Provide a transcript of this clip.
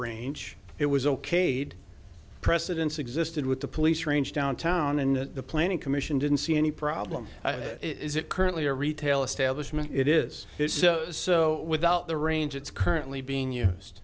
range it was okayed precedence existed with the police range downtown and the planning commission didn't see any problem is it currently a retail establishment it is so without the range it's currently being used